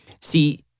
See